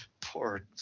poor